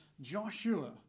Joshua